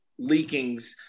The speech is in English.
leakings